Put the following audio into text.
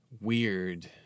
weird